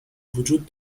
وجود